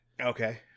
Okay